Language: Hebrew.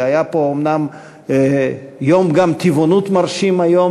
והיה פה אומנם גם יום טבעונות מרשים היום,